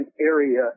area